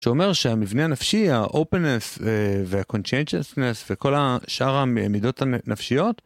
שאומר שהמבנה הנפשי הopenness והconsciousness וכל השאר המידות הנפשיות.